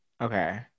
okay